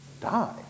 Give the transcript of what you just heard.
die